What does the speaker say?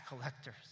collectors